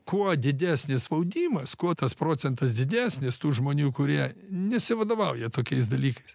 kuo didesnis spaudimas kuo tas procentas didesnis tų žmonių kurie nesivadovauja tokiais dalykais